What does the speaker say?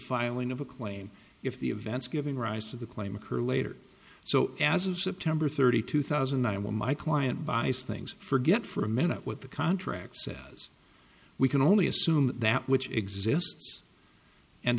filing of a claim if the events giving rise to the claim occur later so as of september thirtieth two thousand and nine when my client buys things forget for a minute what the contract says we can only assume that which exists and